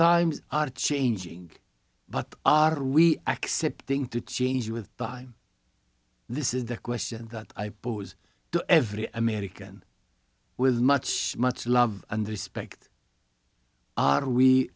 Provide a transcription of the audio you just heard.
times are changing but are we accepting to change with by this is the question that i pose to every american with much much love and respect are we